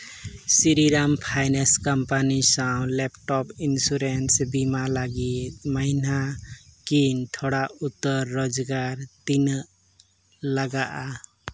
Sriram finance company ᱥᱟᱶ laptop insurance ᱵᱤᱢᱟ ᱞᱟᱹᱜᱤᱫ ᱢᱟᱹᱦᱱᱟᱹ ᱠᱤᱱ ᱛᱷᱚᱲᱟ ᱩᱛᱟᱹᱨ ᱨᱳᱡᱽᱜᱟᱨ ᱛᱤᱱᱟᱹᱜ ᱞᱟᱜᱟᱜᱼᱟ